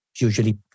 usually